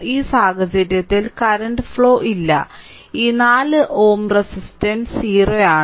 ഈ സാഹചര്യത്തിൽ current flow ഇല്ല ഈ 4 Ω റെസിസ്റ്റൻസ് 0 ആണ്